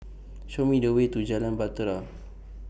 Show Me The Way to Jalan Bahtera